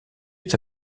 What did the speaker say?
est